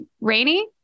rainy